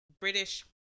British